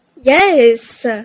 Yes